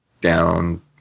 down